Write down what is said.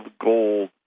gold